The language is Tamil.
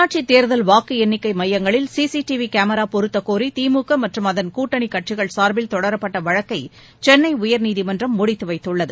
உள்ளாட்சித் தேர்தல் வாக்கு எண்ணிக்கை மையங்களில் சி சி டிவி கோரா பொருத்தக்கோரி திமுக மற்றும் அதன் கூட்டணி கட்சிகள் சார்பில் தொடரப்பட்ட வழக்கை சென்னை உயர்நீதிமன்றம் முடித்து வைத்துள்ளது